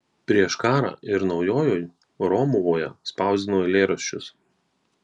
prieš karą ir naujojoj romuvoje spausdino eilėraščius